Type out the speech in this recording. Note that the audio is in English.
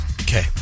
Okay